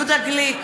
יהודה גליק,